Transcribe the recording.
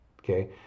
Okay